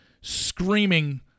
screaming